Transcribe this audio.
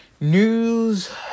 news